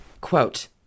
Quote